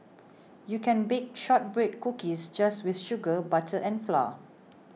you can bake Shortbread Cookies just with sugar butter and flour